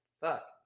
Fuck